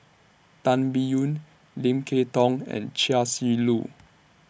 Tan Biyun Lim Kay Tong and Chia Shi Lu